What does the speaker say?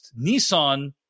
Nissan